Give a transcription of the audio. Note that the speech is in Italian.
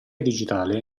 digitale